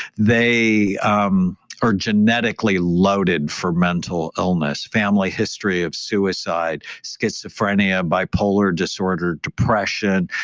they um are genetically loaded for mental illness, family history of suicide, schizophrenia, bipolar disorder depression,